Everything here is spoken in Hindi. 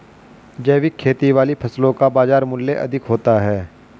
जैविक खेती वाली फसलों का बाजार मूल्य अधिक होता है